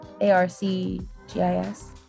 A-R-C-G-I-S